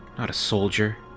not a soldier.